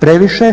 previše